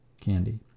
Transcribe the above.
Candy